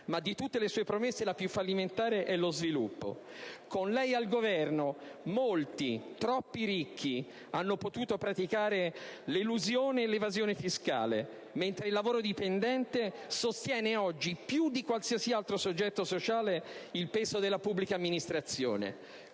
ma di tutte le sue promesse la più fallimentare è lo sviluppo: con lei al Governo, molti, troppi ricchi hanno potuto praticare l'elusione e l'evasione fiscale, mentre il lavoro dipendente sostiene oggi più di qualsiasi altro soggetto sociale il peso della pubblica amministrazione.